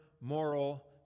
moral